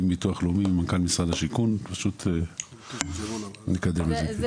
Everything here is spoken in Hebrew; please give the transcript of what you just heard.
עם ביטוח לאומי ומנכ"ל משרד השיכון ופשוט נקדם את זה,